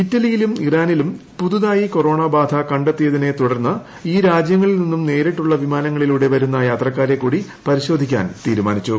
ഇറ്റലിയിലും ഇറാനിലും പുതുതായി കൊറോണ ബാധ കണ്ടെത്തിയതിനെ തുടർന്ന് ഈ രാജ്യങ്ങളിൽ നിന്ന് നേരിട്ടുള്ള വിമാനങ്ങളിലൂടെ വരുന്ന യാത്രക്കാരെ കൂടി പരിശോധിക്കാൻ തീരുമാനിച്ചു